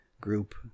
group